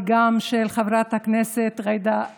וגם של חברת הכנסת ג'ידא זועבי,